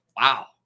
Wow